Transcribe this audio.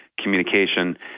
communication